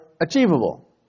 achievable